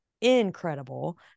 incredible